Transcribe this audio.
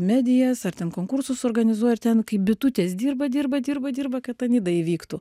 medijas ar ten konkursus organizuoja ir ten kaip bitutės dirba dirba dirba dirba kad ta nida įvyktų